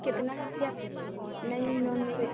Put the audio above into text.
कितना रुपये नहीं नॉनवे